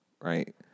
right